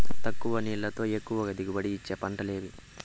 తక్కువ నీళ్లతో ఎక్కువగా దిగుబడి ఇచ్చే పంటలు ఏవి?